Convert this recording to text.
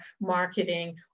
marketing